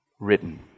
Written